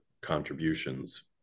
contributions